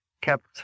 kept